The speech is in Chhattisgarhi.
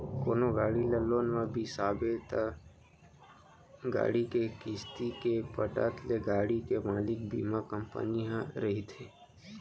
कोनो गाड़ी ल लोन म बिसाबे त गाड़ी के किस्ती के पटत ले गाड़ी के मालिक बीमा कंपनी ह रहिथे